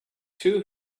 two